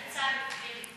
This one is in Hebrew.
יצא, נדמה לי.